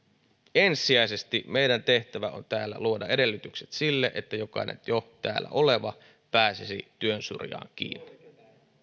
ensisijaisesti meidän tehtävämme on täällä luoda edellytykset sille että jokainen jo täällä oleva pääsisi työn syrjään kiinni